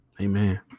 Amen